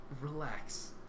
relax